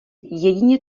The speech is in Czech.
jedině